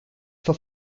for